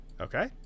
Okay